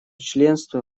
членство